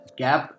gap